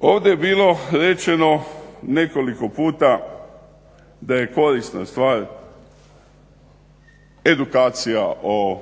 Ovdje je bilo rečeno nekoliko puta da je korisna stvar edukacija o